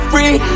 Free